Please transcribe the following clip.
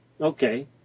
okay